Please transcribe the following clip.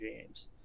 games